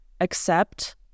accept